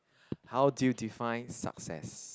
how do you define success